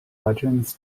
legends